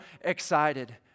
excited